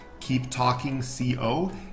keeptalkingco